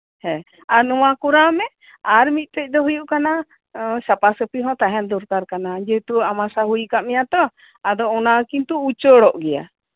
ᱦᱮᱸ ᱟᱨ ᱱᱚᱣᱟ ᱠᱚᱨᱟᱣ ᱢᱮ ᱟᱨ ᱢᱤᱫᱴᱮᱡ ᱫᱚ ᱦᱩᱭᱩᱜ ᱠᱟᱱᱟ ᱥᱟᱯᱟ ᱥᱟᱯᱷᱤ ᱦᱚᱸ ᱛᱟᱸᱦᱮ ᱫᱚᱨᱠᱟᱨ ᱠᱟᱱᱟ ᱡᱮᱦᱮᱛᱩ ᱟᱢᱟᱥᱟ ᱦᱩᱭ ᱠᱟᱜ ᱢᱮᱭᱟ ᱛᱚ ᱟᱫᱚ ᱚᱱᱟ ᱠᱤᱱᱛᱩ ᱩᱪᱟᱹᱲᱚᱜᱼ ᱜᱮᱭᱟ